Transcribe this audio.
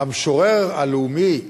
המשורר הלאומי,